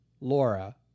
Laura